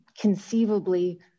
conceivably